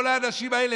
כל האנשים האלה,